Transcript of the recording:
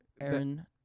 Aaron